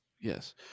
Yes